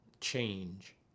change